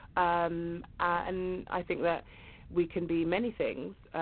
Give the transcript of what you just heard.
um and i think that we can be many things.